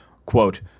quote